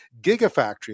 gigafactory